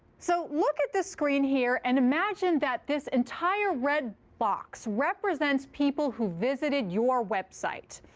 so look at this screen here and imagine that this entire red box represents people who visited your website.